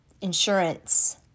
insurance